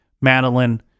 Madeline